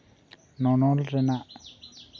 ᱱᱚᱱᱚᱞ ᱨᱮᱱᱟᱜ